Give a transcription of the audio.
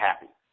happy